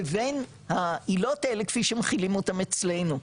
לבין העילות האלה כפי שמחילים אותם אצלנו,